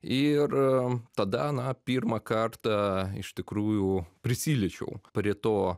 ir tada na pirmą kartą iš tikrųjų prisiliečiau prie to